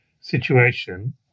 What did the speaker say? situation